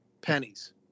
pennies